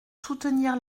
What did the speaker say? soutenir